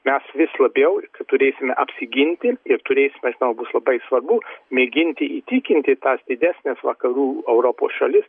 mes vis labiau turėsime apsiginti ir turėsime žinau labai svarbu mėginti įtikinti tas didesnes vakarų europos šalis